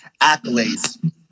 Accolades